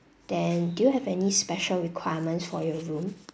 then do you have any special requirements for your room